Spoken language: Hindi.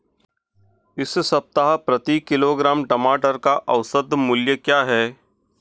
इस सप्ताह प्रति किलोग्राम टमाटर का औसत मूल्य क्या है?